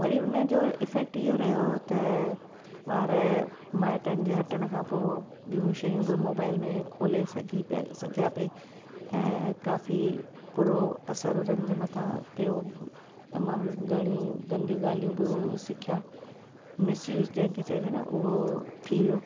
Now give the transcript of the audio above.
वरी उन जो इफैक्ट इहो रहियो त ॿार माइटनि जे हटण खां पोइ ॿियूं शयूं बि मोबाइल में खोले सघी पिया सघिया पई ऐं काफ़ी बुरो असरु उन्हनि जे मथां पियो तमाम घणियूं गंदियूं ॻाल्हियूं बि उहो सिखिया मिसयूज़ जंहिंखे चइजे न उहो थी वियो